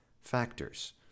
factors